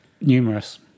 numerous